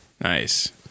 nice